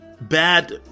bad